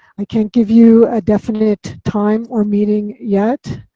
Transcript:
i can't give you a definite time or meeting yet.